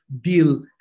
deal